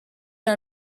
are